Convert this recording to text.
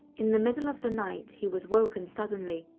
in the middle of the night, he was woken suddenly,